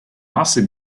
masy